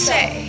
Say